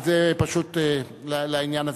פשוט, לעניין הזה.